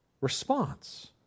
response